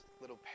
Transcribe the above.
little